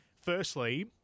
Firstly